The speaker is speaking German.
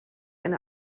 eine